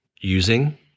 using